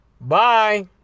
Bye